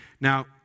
Now